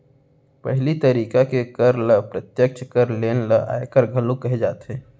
पहिली तरिका के कर ल प्रत्यक्छ कर जेन ल आयकर घलोक कहे जाथे